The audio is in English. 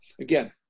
again